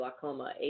glaucoma